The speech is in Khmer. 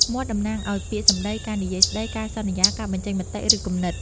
មាត់ តំណាងឱ្យ ពាក្យសម្ដី ការនិយាយស្ដី ការសន្យា ការបញ្ចេញមតិ ឬគំនិត។